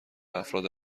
افراد